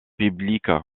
public